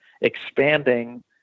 expanding